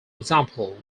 example